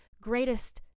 greatest